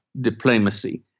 diplomacy